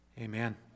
Amen